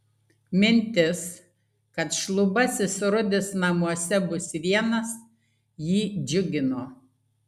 mintis kad šlubasis rudis namuose bus vienas jį džiugino